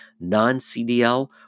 non-CDL